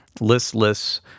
listless